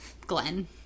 Glenn